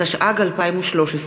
התשע"ג 2013,